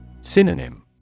Synonym